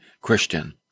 Christian